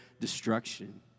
destruction